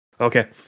Okay